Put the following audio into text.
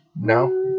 No